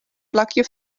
plakje